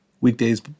weekdays